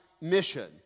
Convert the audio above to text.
mission